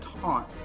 taunt